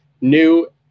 New